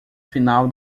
final